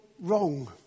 wrong